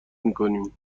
میکنیم